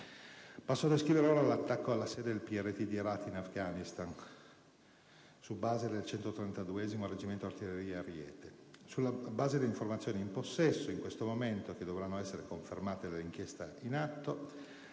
Passo ora a descrivere l'attacco alla sede del PRT di Herat in Afghanistan, su base del 132° reggimento artiglieria Ariete. Sulla base delle informazioni in nostro possesso in questo momento, e che dovranno essere confermate dall'inchiesta in atto,